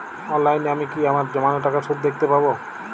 অনলাইনে আমি কি আমার জমানো টাকার সুদ দেখতে পবো?